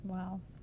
Wow